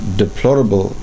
deplorable